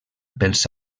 pels